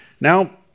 Now